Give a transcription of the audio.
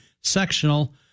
sectional